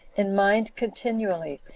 in mind continually,